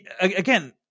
again